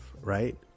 right